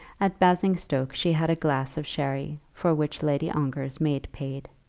at basingstoke she had a glass of sherry, for which lady ongar's maid paid.